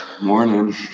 Morning